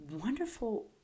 wonderful